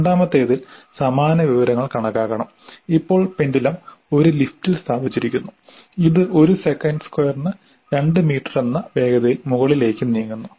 രണ്ടാമത്തേതിൽ സമാന വിവരങ്ങൾ കണക്കാക്കണം ഇപ്പോൾ പെൻഡുലം ഒരു ലിഫ്റ്റിൽ സ്ഥാപിച്ചിരിക്കുന്നു ഇത് ഒരു സെക്കൻഡ് സ്ക്വയറിന് 2 മീറ്റർ എന്ന വേഗതയിൽ മുകളിലേക്ക് നീങ്ങുന്നു